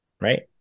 right